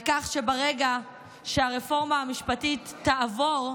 על כך שברגע שהרפורמה המשפטית תעבור,